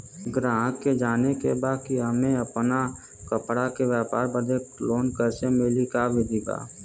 गराहक के जाने के बा कि हमे अपना कपड़ा के व्यापार बदे लोन कैसे मिली का विधि बा?